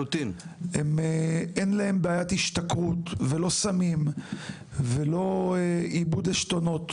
אין להם לא בעיית השתכרות ולא סמים ולא איבוד עשתונות,